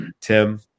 Tim